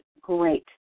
great